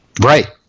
Right